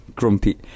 Grumpy